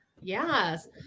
Yes